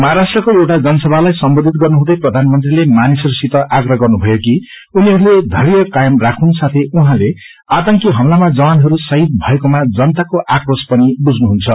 महाराष्ट्रको एउटा जनसभालाई सम्बोधित गर्नुहुँदै प्रधानमंत्रीले मानिसहरूसित आग्रह गर्नुभयो कि उनीहरूले धैय कायम राखून साथै उहाँले आतंकी हमलामाजवानहरू शहीद भएकोमा जनतको आक्रोश पनि बुझ्नुहुन्छ